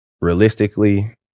Realistically